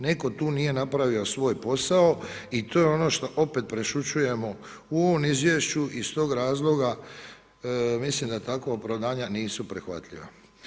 Netko tu nije napravio svoj posao i to je ono što opet prešućujemo u ovom izvješću i iz tog razloga mislim da takva opravdavanja nisu prihvatljiva.